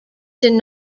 did